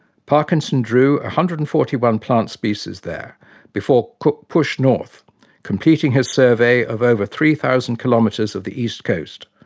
parkinson drew one hundred and forty one plant species there before cook pushed north completing his survey of over three thousand kilometres of the east coast,